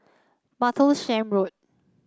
Martlesham Road